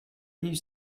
use